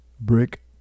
brick